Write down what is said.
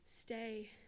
stay